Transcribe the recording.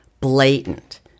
blatant